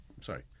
Sorry